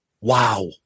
Wow